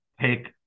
take